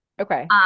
Okay